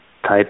type